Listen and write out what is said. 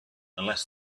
unless